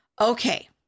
Okay